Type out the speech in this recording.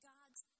God's